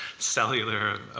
cellular,